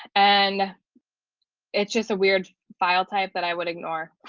and it's just a weird file type that i would ignore.